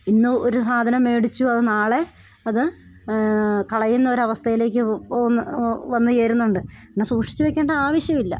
ഇന്ന് ഒരു സാധനം മേടിച്ചു അതു നാളെ അതു കളയുന്ന ഒരവസ്ഥയിലേക്ക് പോകുന്നു വന്നു ചേരുന്നുണ്ട് പിന്നെ സൂക്ഷിച്ചു വെയ്ക്കേണ്ട ആവശ്യമില്ല